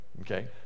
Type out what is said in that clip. okay